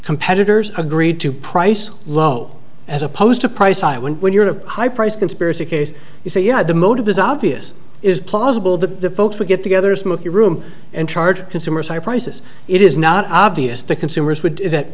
competitors agreed to price low as opposed to price when when you're a high price conspiracy case you say you know the motive is obvious is plausible the folks would get together a smoky room and charge consumers high prices it is not obvious to consumers would that